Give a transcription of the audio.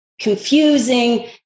confusing